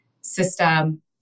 system